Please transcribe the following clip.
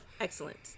Excellent